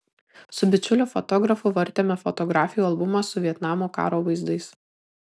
su bičiuliu fotografu vartėme fotografijų albumą su vietnamo karo vaizdais